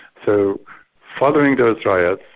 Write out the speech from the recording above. so following those riots,